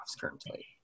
currently